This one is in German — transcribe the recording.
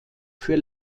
für